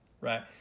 Right